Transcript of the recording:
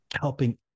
helping